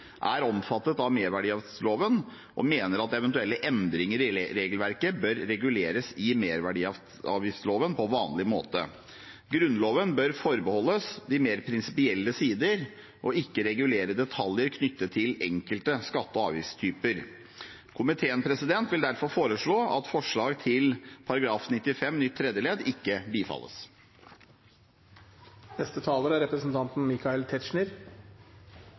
er omfattet av merverdiavgiftsloven, og mener at eventuelle endringer i regelverket bør reguleres i merverdiavgiftsloven på vanlig måte. Grunnloven bør forbeholdes de mer prinsipielle sider og ikke regulere detaljer knyttet til enkelte skatte- og avgiftstyper. Komiteen vil derfor foreslå at forslag til § 95 nytt tredje ledd ikke